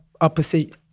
opposite